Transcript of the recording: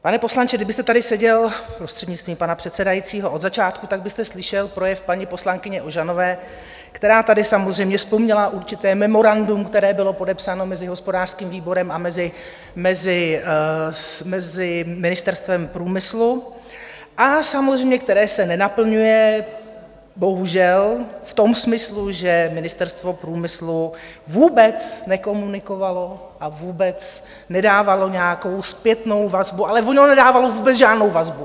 Pane poslanče, kdybyste tady seděl prostřednictvím pana předsedajícího od začátku, tak byste slyšel projev paní poslankyně Ožanové, která tady samozřejmě vzpomněla určité memorandum, které bylo podepsáno mezi hospodářským výborem a mezi ministerstvem průmyslu a které se samozřejmě nenaplňuje, bohužel v tom smyslu, že ministerstvo průmyslu vůbec nekomunikovalo a vůbec nedávalo nějakou zpětnou vazbu, ale ono nedávalo vůbec žádnou vazbu.